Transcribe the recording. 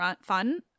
fun